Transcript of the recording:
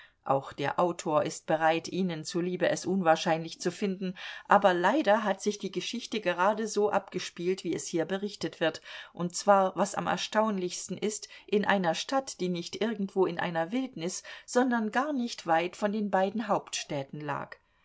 auch der autor ist bereit ihnen zuliebe es unwahrscheinlich zu finden aber leider hat sich die geschichte gerade so abgespielt wie es hier berichtet wird und zwar was am erstaunlichsten ist in einer stadt die nicht irgendwo in einer wildnis sondern gar nicht weit von den beiden hauptstädten lag